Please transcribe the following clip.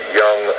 young